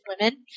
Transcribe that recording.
women